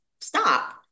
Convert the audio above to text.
stop